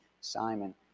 Simon